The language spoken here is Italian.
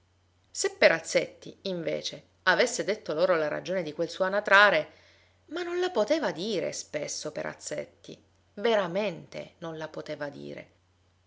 se perazzetti invece avesse detto loro la ragione di quel suo anatrare ma non la poteva dire spesso perazzetti veramente non la poteva dire